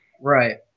Right